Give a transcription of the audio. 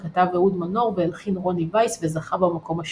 שכתב אהוד מנור והלחין רוני וייס וזכה במקום השביעי.